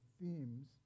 themes